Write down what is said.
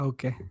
Okay